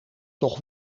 toch